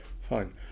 Fine